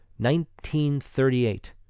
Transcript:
1938